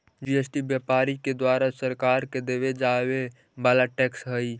GST व्यापारि के द्वारा सरकार के देवे जावे वाला टैक्स हई